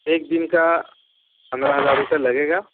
ایک دن کا پندرہ ہزار روپے لگے گا